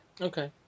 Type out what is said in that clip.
Okay